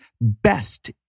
best